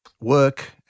work